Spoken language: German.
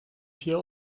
vier